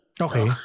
okay